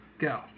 Go